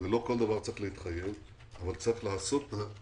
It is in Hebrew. ולא כל דבר צריך להתחייב, אבל צריך לעשות רק את